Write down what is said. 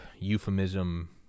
euphemism